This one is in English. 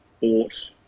bought